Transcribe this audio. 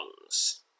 ones